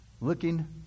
looking